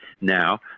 now